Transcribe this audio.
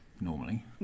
normally